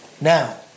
Now